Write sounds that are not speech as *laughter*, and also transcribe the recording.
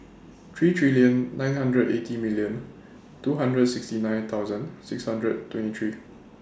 three three *unintelligible* nine hundred eighty million two hundred sixty nine thousand six hundred twenty three